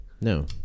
no